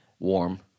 Warm